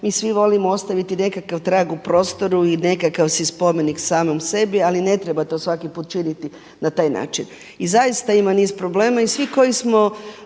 mi svi volimo ostaviti nekakav trag u prostoru i nekakav si spomenik samom sebi. Ali ne treba to svaki put činiti na taj način. I zaista ima niz problema i svi koji smo